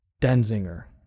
Denzinger